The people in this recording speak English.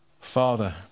Father